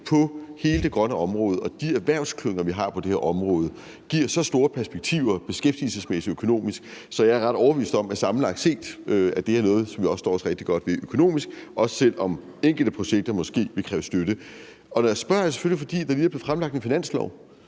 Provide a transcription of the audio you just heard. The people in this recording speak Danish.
på hele det grønne område og de erhvervsklynger, vi har på det her område, giver så store perspektiver beskæftigelsesmæssigt og økonomisk, at jeg sammenlagt set er ret overbevist om, at det er noget, som vi står os rigtig godt ved økonomisk, også selv om enkelte projekter måske vil kræve støtte. Når jeg spørger, er det selvfølgelig, fordi der lige er blevet fremsat et finanslovsforslag,